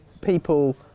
people